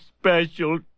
special